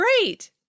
great